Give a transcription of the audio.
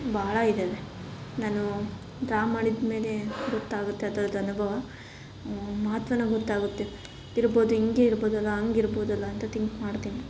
ಬಹಳ ಇದ್ದಾವೆ ನಾನು ಡ್ರಾ ಮಾಡಿದ ಮೇಲೆ ಗೊತ್ತಾಗುತ್ತೆ ಅದರ್ದು ಅನುಭವ ಮಹತ್ವನೂ ಗೊತ್ತಾಗುತ್ತೆ ಇರ್ಬೋದು ಹಿಂಗೇ ಇರ್ಬೋದಲ್ಲ ಹಂಗ್ ಇರ್ಬೋದಲ್ಲ ಅಂತ ತಿಂಕ್ ಮಾಡ್ತೀನಿ